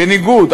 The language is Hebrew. בניגוד,